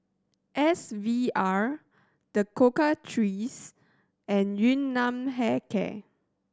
S V R The Cocoa Trees and Yun Nam Hair Care